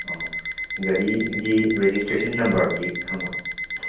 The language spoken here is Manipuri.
ꯑꯣ ꯒꯥꯔꯤꯒꯤ ꯔꯦꯖꯤꯁꯇ꯭ꯔꯦꯁꯟ ꯅꯝꯕꯔꯗꯤ ꯈꯪꯕ꯭ꯔꯥ